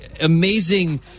amazing